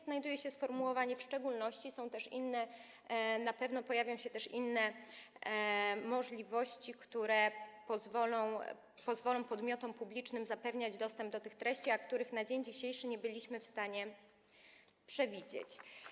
Znajduje się tutaj sformułowanie „w szczególności”, na pewno pojawią się też inne możliwości, które pozwolą podmiotom publicznym zapewniać dostęp do tych treści, a których na dzień dzisiejszy nie byliśmy w stanie przewidzieć.